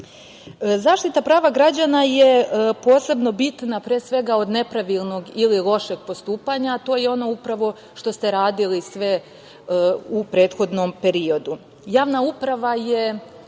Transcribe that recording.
uprave.Zaštita prava građana je posebno bitna, pre svega, od nepravilnog ili lošeg postupanja, a to je ono upravo što ste radili sve u prethodnom periodu. Javna